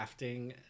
crafting